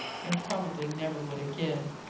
and probably never would again.